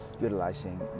utilizing